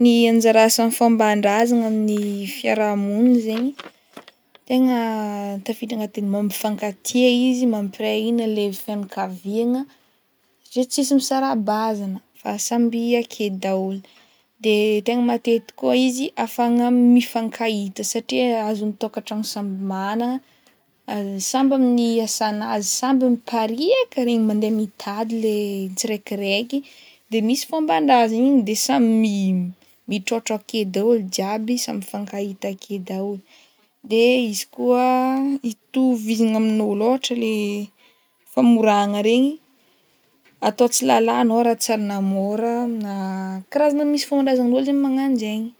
Ny anajara asan'ny fomban-drazagna amin'ny fiarahamonina zegny tegna tafiditra agnatin'ny mampifankatia izy, mampiray hina le fianakaviagna satria tsisy misara-bazana fa samby ake daholo de tegna matetiky koa izy ahafahagna mifankahita satria azon'ny tokantagno samby magnana samby amin'ny asanazy, samby mipariaka regny mandeha mitady le tsiraikiraiky de misy fômban-drazagna igny de samy mitrôtra ake daholo jiaby amy mifankahita ake daholo de izy koa itovizagna amin'ôlo ôhatra le famoragna regny atao tsy lalahy anao raha tsy ary namôra aminà karazana misy fomban-drazan'ôlo zegny magnan'jegny.